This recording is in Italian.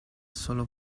solo